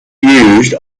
used